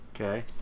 Okay